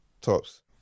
tops